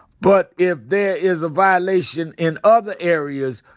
but if there is a violation in other areas,